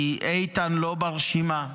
כי איתן לא ברשימה.